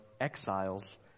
exiles